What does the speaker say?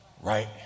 right